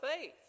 faith